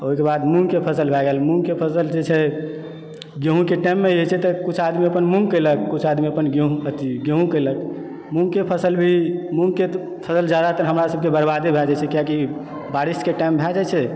ओहिके बाद मूँगके फसल भए गेल मूँगके फसल जे छै गेहूँके टाइममे जे छै से कुछ आदमी अपन मूँग केलक कुछ आदमी अपन गेहूँ अथी गेहूँ केलक मूँगके फसल भी मूँगके फसल जादातर हमरा सभके बर्बादे भए जाइ छै किआकि बारिशके टाइम भए जाइ छै